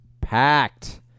Packed